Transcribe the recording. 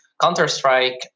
Counter-Strike